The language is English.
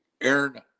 Aaron